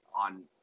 on